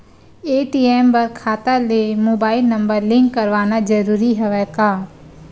ATM बर खाता ले मुबाइल नम्बर लिंक करवाना ज़रूरी हवय का?